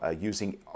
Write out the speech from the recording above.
using